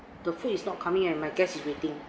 the food is not coming and my guest is waiting